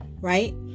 Right